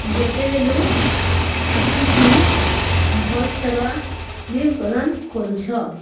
ଯେତେବେଳୁ ଆସିଛୁଁ ଭଲ୍ ସେବା ବି ପ୍ରଦାନ କରୁଛ